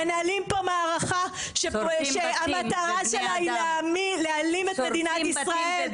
מנהלים פה מערכה שהמטרה שלה היא להעלים את מדינת ישראל.